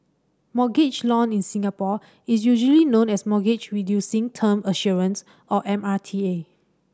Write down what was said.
mortgage loan in Singapore is usually known as Mortgage Reducing Term Assurance or M R T A